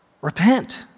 Repent